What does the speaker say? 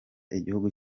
igihugu